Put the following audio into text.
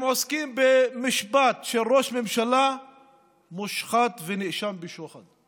הם עוסקים במשפט של ראש ממשלה מושחת ונאשם בשוחד.